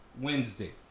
Wednesday